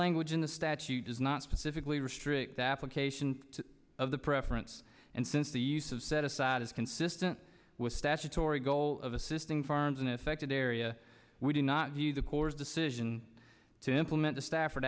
language in the statute does not specifically restrict the application of the preference and since the use of set aside is consistent with statutory goal of assisting firms in affected area we do not view the court's decision to implement the stafford